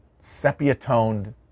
sepia-toned